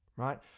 Right